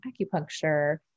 acupuncture